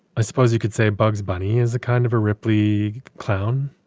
i suppose you could say bugs bunny is a kind of a ripley clown.